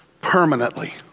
permanently